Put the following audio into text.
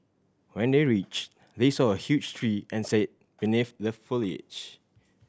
when they reached they saw a huge tree and sat beneath the foliage